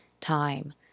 time